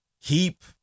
keep